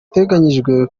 iteganyijwe